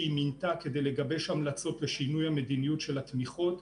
שהיא מינתה כדי לגבש המלצות לשינוי המדיניות של התמיכות,